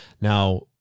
Now